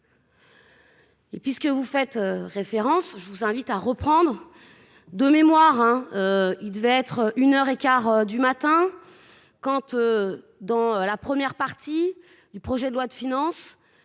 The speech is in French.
puisque vous faites référence je vous invite à reprendre. De mémoire hein. Il devait être une heure et quart du matin Kant. Dans la première partie du projet de loi de finances.